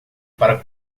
para